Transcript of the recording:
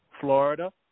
Florida